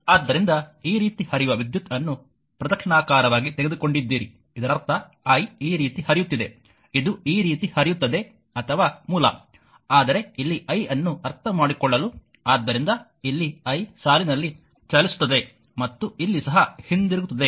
ಆದ್ದರಿಂದ ಈ ರೀತಿ ಹರಿಯುವ ವಿದ್ಯುತ್ ಅನ್ನು ಪ್ರದಕ್ಷಿಣಾಕಾರವಾಗಿ ತೆಗೆದುಕೊಂಡಿದ್ದೀರಿ ಇದರರ್ಥ i ಈ ರೀತಿ ಹರಿಯುತ್ತಿದೆ ಇದು ಈ ರೀತಿ ಹರಿಯುತ್ತದೆ ಅಥವಾ ಮೂಲ ಆದರೆ ಇಲ್ಲಿ i ಅನ್ನು ಅರ್ಥಮಾಡಿಕೊಳ್ಳಲು ಆದ್ದರಿಂದ ಇಲ್ಲಿ i ಸಾಲಿನಲ್ಲಿ ಚಲಿಸುತ್ತದೆ ಮತ್ತು ಇಲ್ಲಿ ಸಹ ಹಿಂದಿರುಗುತ್ತದೆ